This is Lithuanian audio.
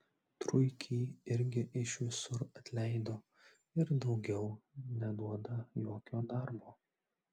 truikį irgi iš visur atleido ir daugiau neduoda jokio darbo